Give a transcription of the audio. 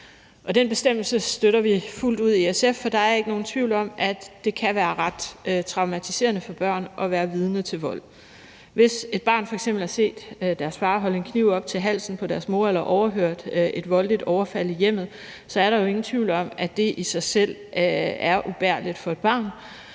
Den bestemmelse støtter vi fuldt ud i SF, for der er ikke nogen tvivl om, at det kan være ret traumatiserende for børn at være vidne til vold. Hvis et barn f.eks. har set deres far holde en kniv op til halsen på deres mor eller har overhørt et voldeligt overfald i hjemmet, er der jo ingen tvivl om, at det i sig selv er ubærligt for et barn